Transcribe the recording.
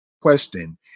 Question